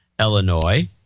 Illinois